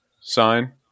sign